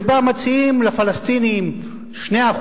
שבה מציעים לפלסטינים 2%,